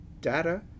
Data